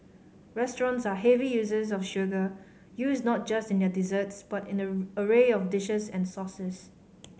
restaurants are heavy users of sugar used not just in their desserts but in an array of dishes and sauces